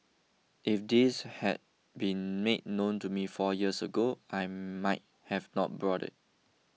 if this had been made known to me four years ago I might have not bought it